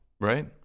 Right